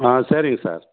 ஆ சரிங்க சார்